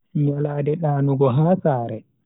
Nyalade danugo ha sare.